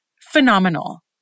Phenomenal